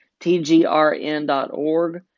TGRN.org